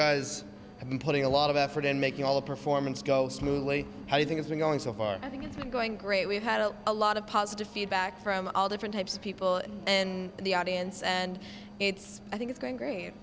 guys have been putting a lot of effort in making all the performance go smoothly i think it's been going so far i think it's going great we've had a lot of positive feedback from all different types of people in the audience and it's i think it's going gre